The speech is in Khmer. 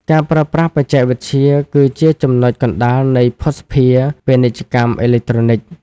ការប្រើប្រាស់បច្ចេកវិទ្យាគឺជាចំណុចកណ្តាលនៃភស្តុភារ ពាណិជ្ជកម្មអេឡិចត្រូនិក ។